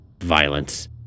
violence